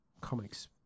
comics